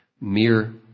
mere